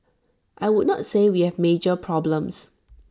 I would not say we have major problems